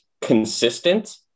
consistent